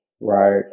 Right